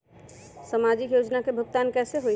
समाजिक योजना के भुगतान कैसे होई?